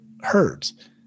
herds